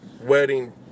wedding